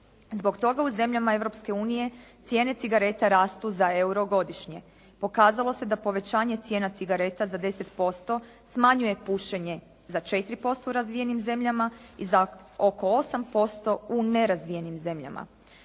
Zbog toga u zemljama Europske unije cijene cigareta rastu za EURO godišnje. Pokazalo se da povećanje cijena cigareta za 10% smanjuje pušenje za 4% u razvijenim zemljama i za oko 8% u nerazvijenim zemljama.